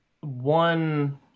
one